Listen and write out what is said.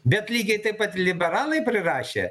bet lygiai taip pat liberalai prirašė